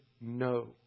no